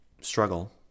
struggle